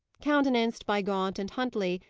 countenanced by gaunt and huntley,